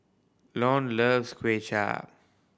Lone loves Kuay Chap